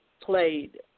played